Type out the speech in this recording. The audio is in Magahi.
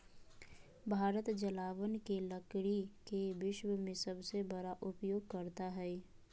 भारत जलावन के लकड़ी के विश्व में सबसे बड़ा उपयोगकर्ता हइ